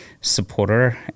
supporter